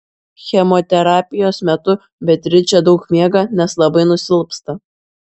chemoterapijos metu beatričė daug miega nes labai nusilpsta